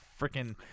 freaking